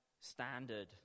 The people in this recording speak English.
standard